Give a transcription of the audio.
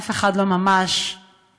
אף אחד לא ממש מתייחס